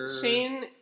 Shane